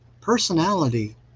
personality